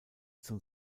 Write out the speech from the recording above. zum